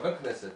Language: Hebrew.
כחבר כנסת